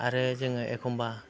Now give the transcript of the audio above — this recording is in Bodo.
आरो जोङो एखमब्ला